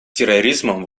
терроризмом